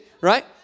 right